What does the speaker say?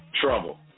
trouble